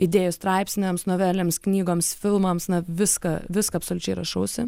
idėjų straipsniams novelėms knygoms filmams na viską viską absoliučiai rašausi